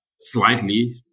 slightly